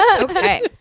okay